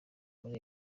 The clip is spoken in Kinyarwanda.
muri